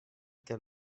que